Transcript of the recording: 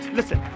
Listen